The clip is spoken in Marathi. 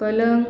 पलंग